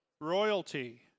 royalty